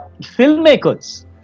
filmmakers